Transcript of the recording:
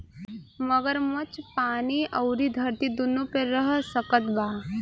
मगरमच्छ पानी अउरी धरती दूनो पे रह सकत बा